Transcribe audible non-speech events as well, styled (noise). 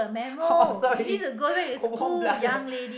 orh (laughs) sorry warm blooded